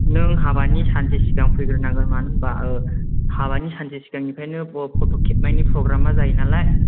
नों हाबानि सानसे सिगां फैग्रोनांगोन मानो होनोबा हाबानि सानसे सिगांनिफ्रायनो फट' खेबनायनि प्रग्रामा जायो नालाय